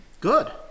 good